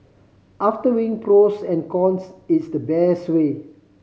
after weighing pros and cons it's the best way